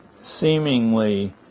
seemingly